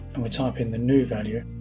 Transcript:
um type in the new value.